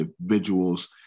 individuals